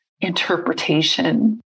interpretation